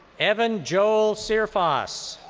evan joel sirfas.